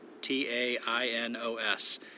T-A-I-N-O-S